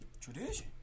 Tradition